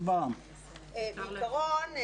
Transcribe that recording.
בעיקרון,